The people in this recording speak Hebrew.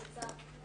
היא יצאה.